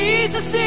Jesus